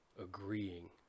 Agreeing